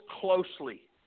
closely